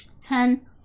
Ten